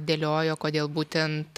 dėliojo kodėl būtent